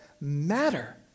matter